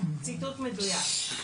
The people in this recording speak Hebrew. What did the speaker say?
ציטוט מדויק,